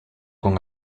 con